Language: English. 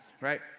Right